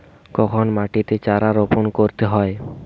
কখন মাটিতে চারা রোপণ করতে হয়?